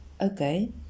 okay